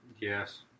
Yes